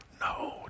No